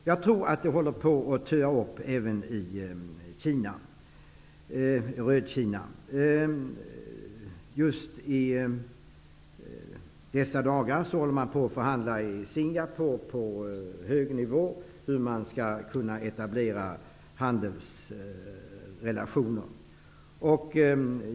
Jag tror att det börjar töa även i det röda Kina. Just i dessa dagar håller man på att förhandla i Singapore på hög nivå om hur man skall kunna etablera handelsrelationer.